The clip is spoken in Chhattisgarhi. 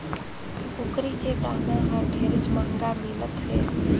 कुकरी के दाना हर ढेरेच महंगा मिलत हे